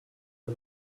the